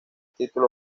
título